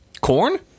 Corn